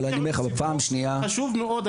ודבר חשוב מאוד,